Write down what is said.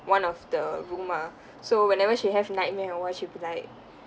one of the room ah so whenever she have nightmare or what she'll be like